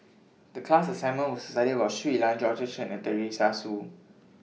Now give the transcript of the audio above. The class assignment was to study about Shui Lan Georgette Chen and Teresa Hsu